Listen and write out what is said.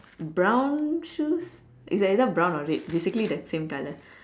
brown shoes is either brown or red basically the same colour